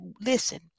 listen